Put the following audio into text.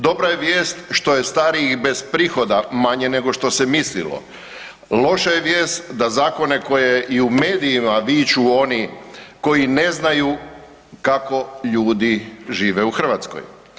Dobra je vijest što je starijih bez prihoda manje nego što se mislilo, loša je vijest da zakone koje i u medijima viču oni koji ne znaju kako ljudi žive u Hrvatskoj.